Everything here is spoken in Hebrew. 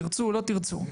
תרצו או לא תרצו,